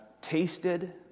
tasted